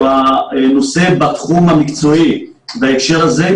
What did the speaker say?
שהוא הנושא בתחום המקצועי בהקשר הזה.